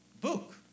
book